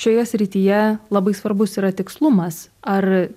šioje srityje labai svarbus yra tikslumas ar